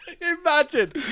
imagine